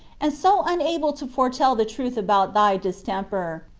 and so unable to foretell the truth about thy distemper,